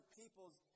people's